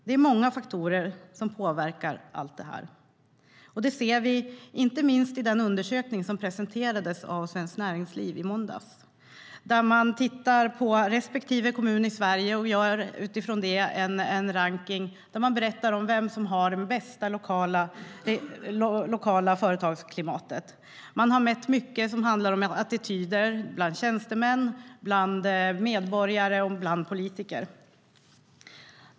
Det är många faktorer som påverkar allt detta. Det ser vi inte minst i den undersökning som presenterades av Svenskt Näringsliv i måndags. Man har tittat på respektive kommun i Sverige och gjort en rankning av vem som har det bästa lokala företagsklimatet. Man har mätt attityder bland tjänstemän, medborgare och politiker.